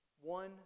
One